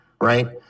Right